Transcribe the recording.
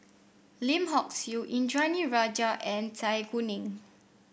Lim Hock Siew Indranee Rajah and Zai Kuning